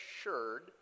assured